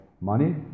money